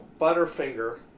Butterfinger